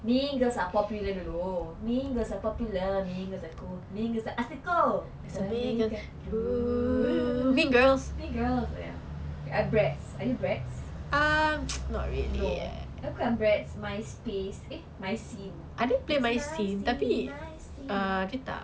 mean girls are popular dulu mean girls are popular mean girls are cool mean girls are ethical that's why mean girls do mean girls ya I'm bratz are you bratz no I bukan bratz my space eh my scene it's my scene my scene